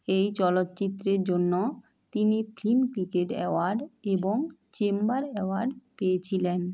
এই চলচ্চিত্রের জন্য তিনি ফিল্ম ক্রিকেট অ্যাওয়ার্ড এবং চেম্বার অ্যাওয়ার্ড পেয়েছিলেন